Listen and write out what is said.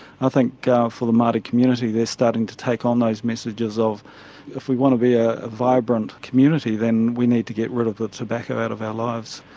i think for the maori community they're starting to take on those messages of if we want to be a vibrant community then we need to get rid of the tobacco out of our lives.